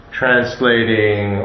translating